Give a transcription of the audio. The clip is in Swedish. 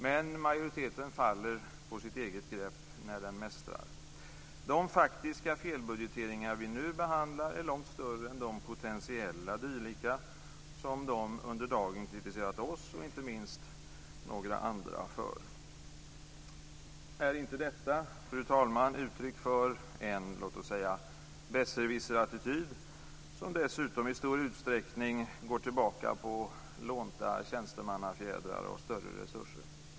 Men majoriteten faller på sitt eget grepp när den mästrar. De faktiska felbudgeteringar som vi nu behandlar är långt större än de potentiella dylika som de under dagen kritiserat oss, och inte minst några andra, för. Är inte detta, fru talman, uttryck för en, låt oss säga, besserwisserattityd, som dessutom i stor utsträckning går tillbaka på lånta tjänstemannafjädrar och större resurser?